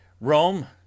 Rome